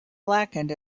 blackened